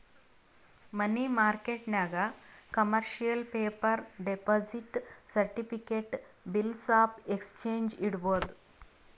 ಮನಿ ಮಾರ್ಕೆಟ್ನಾಗ್ commercial paper, deposit certificate, bills of exchange ಇಡ್ಬೋದ್